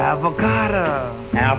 Avocado